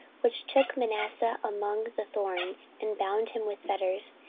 which took manasseh among the thorns, and bound him with fetters,